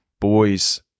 Boys